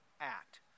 act